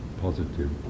positive